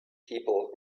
people